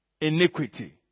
iniquity